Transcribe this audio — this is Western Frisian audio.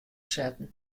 setten